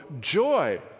joy